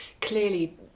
Clearly